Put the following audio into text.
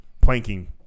planking